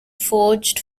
forged